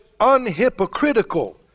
unhypocritical